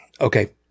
okay